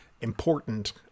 important